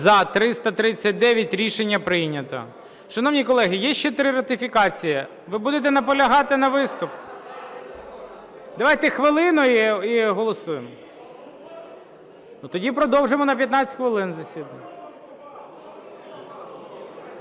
За-339 Рішення прийнято. Шановні колеги, є ще три ратифікації. Ви будете наполягати на виступі? Давайте хвилину - і голосуємо. Тоді продовжуємо на 15 хвилин засідання.